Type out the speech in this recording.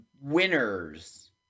winners